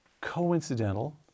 coincidental